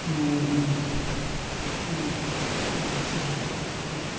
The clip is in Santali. ᱢᱚᱭᱩᱨᱵᱷᱚᱸᱡᱽ ᱦᱚᱱᱚᱛ ᱩᱲᱤᱥᱥᱟ ᱵᱷᱤᱛᱨᱤ ᱨᱮ